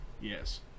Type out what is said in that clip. Yes